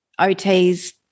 OTs